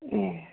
ऐ